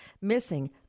missing